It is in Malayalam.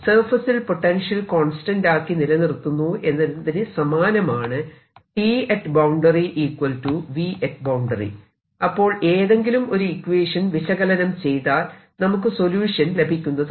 സർഫസിൽ പൊട്ടൻഷ്യൽ കോൺസ്റ്റന്റ് ആക്കി നിലനിർത്തുന്നു എന്നതിന് സമാനമാണ് Tat boundary Vat boundary അപ്പോൾ ഏതെങ്കിലും ഒരു ഇക്വേഷൻ വിശകലനം ചെയ്താൽ നമുക്ക് സൊല്യൂഷൻ ലഭിക്കുന്നതാണ്